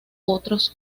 otros